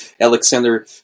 Alexander